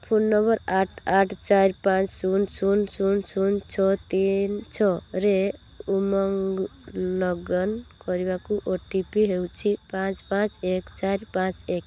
phone number ଆଠ ଆଠ ଚାରି ପାଞ୍ଚ ଶୂନ ଶୂନ ଶୂନ ଶୂନ ଛଅ ତିନି ଛଅରେ ଉମଙ୍ଗ ଲଗ୍ଇନ କରିବାକୁ ଓ ଟି ପି ହେଉଛି ପାଞ୍ଚ ପାଞ୍ଚ ଏକ ଚାରି ପାଞ୍ଚ ଏକ